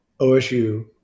OSU